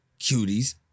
Cuties